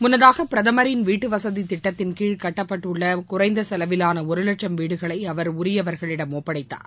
முன்னதாக பிரதமின் வீட்டுவசதி திட்டத்தின் கீழ் கட்டப்பட்டுள்ள குறைந்த செலவிலான ஒரு வட்சம் வீடுகளை அவர் உரியவர்களிடம் ஒப்படைத்தார்